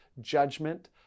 judgment